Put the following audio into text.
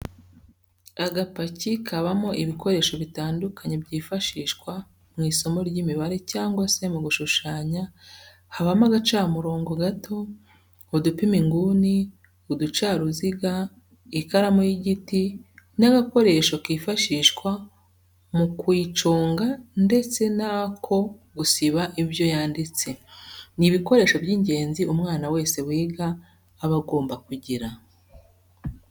Agapaki kabamo ibikoresho bitandukanye byifashishwa mu isomo ry'imibare cyangwa se mu gushushanya habamo agacamurongo gato, udupima inguni, uducaruziga, ikaramu y'igiti n'agakoresho kifashishwa mu kuyiconga ndetse n'ako gusiba ibyo yanditse, ni ibikoresho by'ingenzi umwana wese wiga aba agomba kugira.